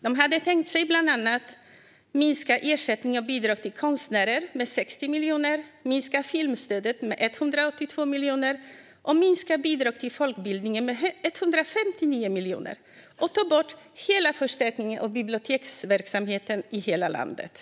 De hade tänkt sig att bland annat minska ersättning och bidrag till konstnärer med 60 miljoner, minska filmstödet med 182 miljoner och minska bidrag till folkbildningen med 159 miljoner samt ta bort förstärkningen av biblioteksverksamheten i hela landet.